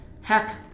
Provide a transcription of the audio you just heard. heck